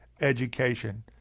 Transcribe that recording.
Education